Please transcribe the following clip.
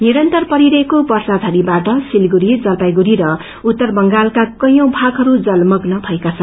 निरन्तर परिरहेको वर्षा झरीबाट सिलगढ़ी जलपाईगुड़ी र उत्तर बंगालका कैंयौ भागहरू जलमग्न भएका छन्